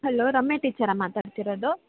hello Ramya ಟೀಚರಾ ಮಾತಾಡ್ತಿರೋದು